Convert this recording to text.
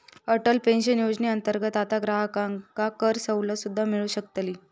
Atal pension योजनेअंतर्गत आता ग्राहकांका करसवलत सुद्दा मिळू शकतली